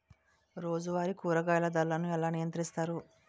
రోజువారి కూరగాయల ధరలను ఎలా నిర్ణయిస్తారు?